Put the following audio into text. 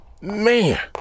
Man